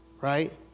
right